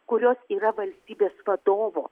kurios yra valstybės vadovo